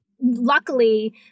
Luckily